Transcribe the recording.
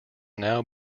now